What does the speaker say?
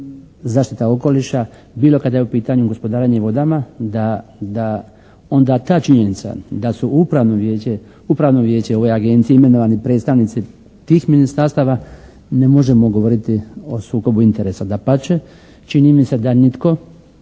zaštita okoliša, bilo kada je u pitanju gospodarenje vodama da onda ta činjenica da su u upravno vijeće, Upravno vijeće ove Agencije imenovani predstavnici tih ministarstava ne možemo govoriti o sukobu interesa. Dapače, činjenica da nitko